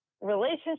relationship